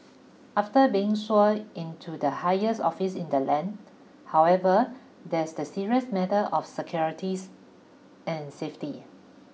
after being sworn in to the highest office in the land however there's the serious matter of securities and safety